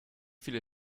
viele